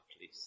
please